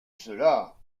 cela